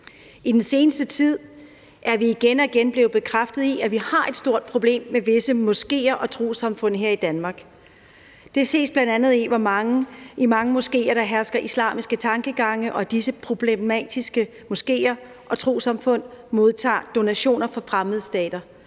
I den seneste tid er vi igen og igen blevet bekræftet i, at vi har et stort problem med visse moskeer og trossamfund her i Danmark. Det ses bl.a. i, i hvor mange moskeer der hersker islamiske tankegange, og at disse problematiske moskeer og trossamfund modtager donationer fra fremmede stater